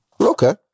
Okay